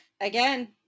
again